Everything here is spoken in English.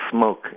smoke